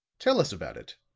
tell us about it,